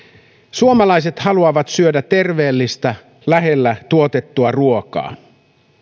suomalaiset haluavat syödä terveellistä lähellä tuotettua ruokaa